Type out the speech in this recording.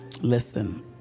Listen